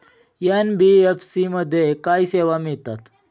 NBFC मध्ये काय सेवा मिळतात?